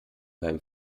beim